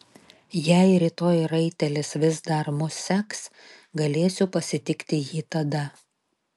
jei rytoj raitelis vis dar mus seks galėsiu pasitikti jį tada